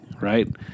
Right